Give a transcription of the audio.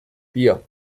vier